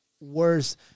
worse